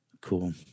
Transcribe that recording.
Cool